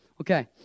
Okay